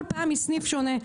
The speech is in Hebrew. כל פעם מסניף שונה.